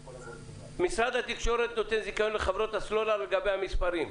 משרד התקשורת נותן זיכיון לחברות הסלולר לגבי המספרים.